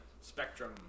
Spectrum